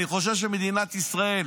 אני חושב שמדינת ישראל,